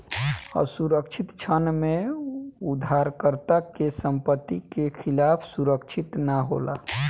असुरक्षित ऋण में उधारकर्ता के संपत्ति के खिलाफ सुरक्षित ना होला